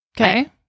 Okay